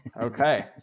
Okay